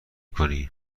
کنی